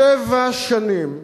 שבע שנים,